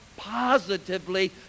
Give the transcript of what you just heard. positively